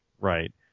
Right